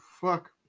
fuck